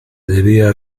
debía